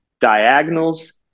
diagonals